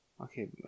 Okay